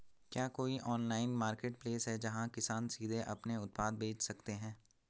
क्या कोई online marketplace है, जहां किसान सीधे अपने उत्पाद बेच सकते हैं?